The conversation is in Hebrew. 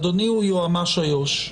אדוני הוא יועמ"ש איו"ש,